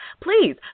Please